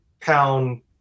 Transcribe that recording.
pound